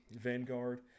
Vanguard